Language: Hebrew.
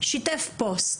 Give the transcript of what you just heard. שיתף פוסט.